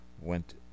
went